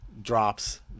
drops